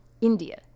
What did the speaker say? India